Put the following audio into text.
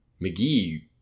McGee